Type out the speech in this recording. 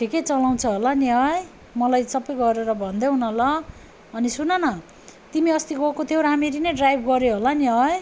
ठिकै चलाउँछ होला नि है मलाई सबै गरेर भनिदेउन ल अनि सुनन तिमी अस्ति गएको थियौ राम्ररी नै ड्राइभ गर्यो होला नि है